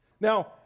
Now